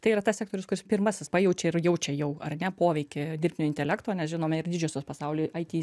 tai yra tas sektorius kuris pirmasis pajaučia ir jaučia jau ar ne poveikį dirbtinio intelekto nes žinome ir didžiosios pasaulio ai ty